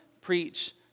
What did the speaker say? preach